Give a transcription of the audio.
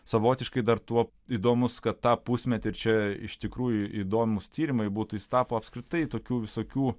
savotiškai dar tuo įdomus kad tą pusmetį čia iš tikrųjų įdomūs tyrimai būtų jis tapo apskritai tokių visokių